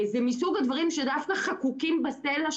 זה מסו הדברים שדווקא חקוקים בסלע.